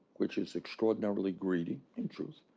which is extraordinarily greedy, in truth.